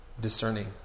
discerning